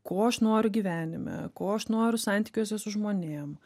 ko aš noriu gyvenime ko aš noriu santykiuose su žmonėm